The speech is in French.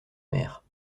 mère